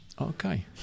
Okay